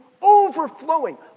overflowing